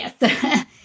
yes